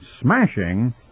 smashing